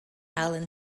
allen